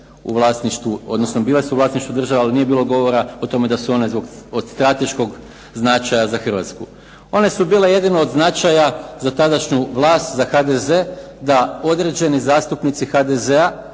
u vlasništvu, bile su one u vlasništvu države ali nije bilo govora da su one od strateškog značaja za Hrvatsku. One su bile jedino od značaja za tadašnju vlast HDZ, da određeni zastupnici HDZ-a